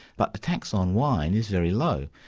but the tax on wine is very low,